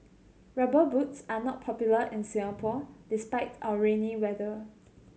Rubber Boots are not popular in Singapore despite our rainy weather